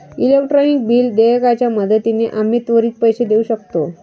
electronic bill देयकाच्या मदतीने आम्ही त्वरित पैसे देऊ शकतो